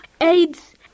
AIDS